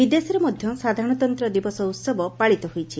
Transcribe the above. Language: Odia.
ବିଦେଶରେ ମଧ୍ୟ ସାଧାରଣତନ୍ତ୍ର ଦିବସ ଉତ୍ସବ ପାଳିତ ହୋଇଛି